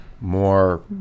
more